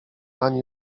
ani